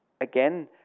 again